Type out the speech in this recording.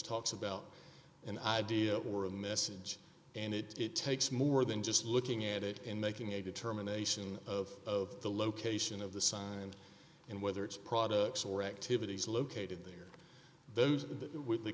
talks about an idea or a message and it takes more than just looking at it in making a determination of the location of the sun and and whether it's products or activities located there those with the